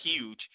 huge